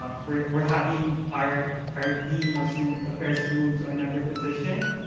ah we're we're having our our dean of student affairs move to another position.